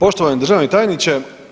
Poštovani državni tajniče.